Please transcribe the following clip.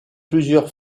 plusieurs